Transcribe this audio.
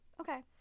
Okay